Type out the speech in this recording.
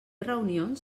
reunions